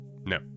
No